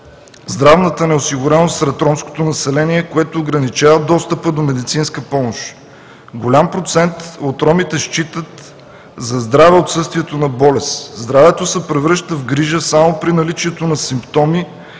здравната неосигуреност сред ромското население, което ограничава достъпа до медицинска помощ. Голям процент от ромите считат за здраве отсъствието на болест. Здравето се превръща в грижа само при наличието на симптоми